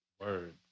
Word